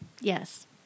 Yes